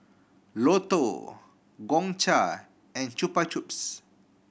Lotto Gongcha and Chupa Chups